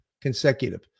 consecutive